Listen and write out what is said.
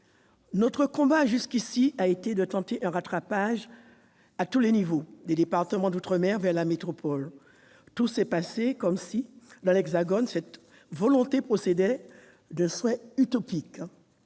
Notre combat, jusqu'ici, a été de tenter un rattrapage à tous les niveaux des départements d'outre-mer vers la métropole. Tout s'est passé comme si, dans l'Hexagone, cette volonté procédait d'un souhait utopique.